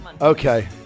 Okay